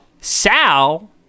Sal